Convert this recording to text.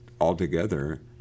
altogether